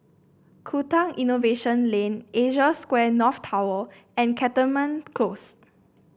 Tukang Innovation Lane Asia Square North Tower and Cantonment Close